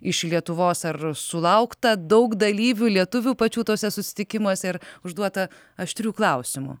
iš lietuvos ar sulaukta daug dalyvių lietuvių pačių tuose susitikimuose ir užduota aštrių klausimų